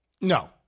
No